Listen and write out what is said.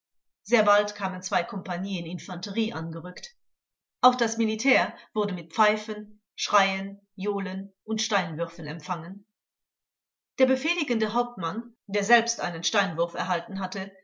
sehr bald kamen zwei kompagnien infanterie angerückt auch das militär wurde mit pfeifen schreien johlen und steinwürfen empfangen der befehligende hauptmann der selbst einen steinwurf erhalten hatte